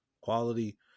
quality